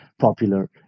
popular